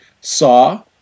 saw